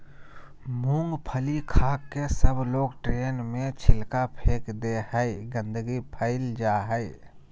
मूँगफली खाके सबलोग ट्रेन में छिलका फेक दे हई, गंदगी फैल जा हई